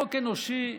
חוק אנושי,